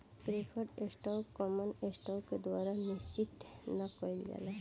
preferred stock common stock के द्वारा निर्देशित ना कइल जाला